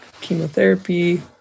chemotherapy